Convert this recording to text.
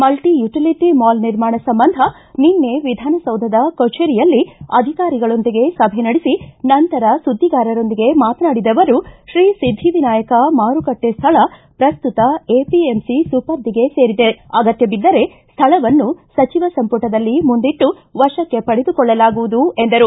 multi utility mall ನಿರ್ಮಾಣ ಸಂಬಂಧ ನಿನ್ನೆ ವಿಧಾನಸೌಧದ ಕಚೇರಿಯಲ್ಲಿ ಅಧಿಕಾರಿಗಳೊಂದಿಗೆ ಸಭೆ ನಡೆಸಿ ನಂತರ ಸುದ್ದಿಗಾರರೊಂದಿಗೆ ಮಾತನಾಡಿದ ಅವರು ತ್ರೀ ಒದ್ದಿವಿನಾಯಕ ಮಾರುಕಟ್ಟೆ ಸ್ಥಳ ಪ್ರಸ್ತುತ ಎಪಿಎಂಸಿ ಸುಪರ್ಧಿಗೆ ಸೇರಿದೆ ಅಗತ್ತಬಿದ್ದರೆ ಸ್ಥಳವನ್ನು ಸಚಿವ ಸಂಪುಟದಲ್ಲಿ ಮುಂದಿಟ್ಟು ವಶಕ್ಕೆ ಪಡೆದುಕೊಳ್ಳಲಾಗುವುದು ಎಂದರು